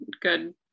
good